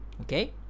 Okay